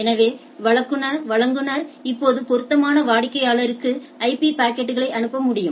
எனவே வழங்குநர் இப்போது பொருத்தமான வாடிக்கையாளருக்கு ஐபி பாக்கெட்களை அனுப்ப முடியும்